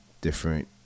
different